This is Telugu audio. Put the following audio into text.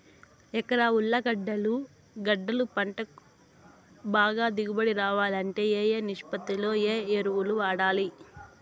ఎకరా ఉర్లగడ్డలు గడ్డలు పంటకు బాగా దిగుబడి రావాలంటే ఏ ఏ నిష్పత్తిలో ఏ ఎరువులు వాడాలి?